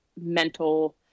mental